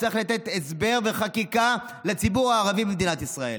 יצטרכו לתת הסבר וחקיקה לציבור הערבי במדינת ישראל.